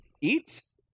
eats